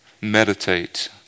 meditate